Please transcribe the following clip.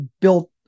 built